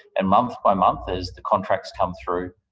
and month by month, as the contracts come through,